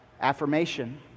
affirmation